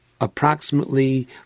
approximately